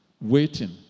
waiting